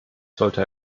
sollte